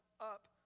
up